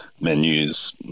menus